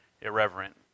irreverent